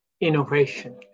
innovation